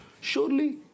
Surely